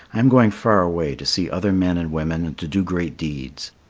i am going far away to see other men and women and to do great deeds.